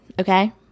Okay